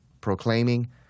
proclaiming